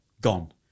gone